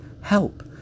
help